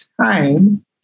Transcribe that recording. time